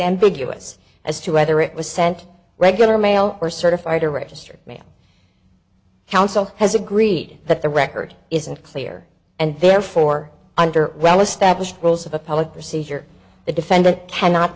ambiguous as to whether it was sent regular mail or certified or registered mail counsel has agreed that the record isn't clear and therefore under well established rules of a public procedure the defendant cannot